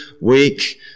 weak